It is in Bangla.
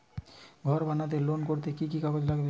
ঘর বানাতে লোন করতে কি কি কাগজ লাগবে?